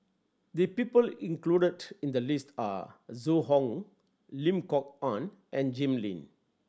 the people included in the list are Zhu Hong Lim Kok Ann and Jim Lim